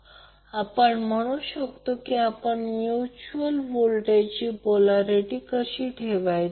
आता आपण म्हणू शकतो की आपण म्यूच्यूअल व्होल्टेजची पोल्यारीटी कसे ठरवायची